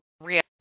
real